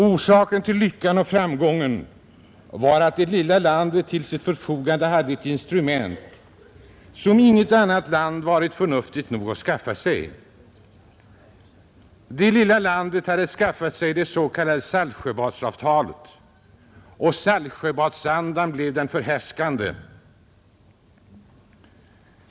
Orsaken till lyckan och framgången var att det lilla landet till sitt förfogande hade ett instrument som inget annat land hade varit förnuftigt nog att skaffa sig. Det lilla landet hade skaffat sig det s.k. Saltsjöbadsavtalet, och Saltsjöbadsandan blev den förhärskande.